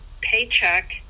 paycheck